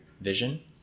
vision